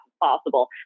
possible